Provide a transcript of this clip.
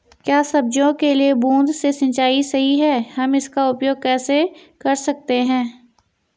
क्या सब्जियों के लिए बूँद से सिंचाई सही है हम इसका उपयोग कैसे कर सकते हैं?